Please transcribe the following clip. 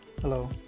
Hello